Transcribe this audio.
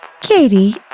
Katie